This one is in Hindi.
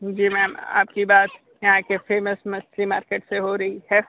जी मैम आपकी बात यहाँ के फेमस मच्छी मार्किट से हो रही हैं